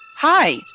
Hi